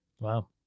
wow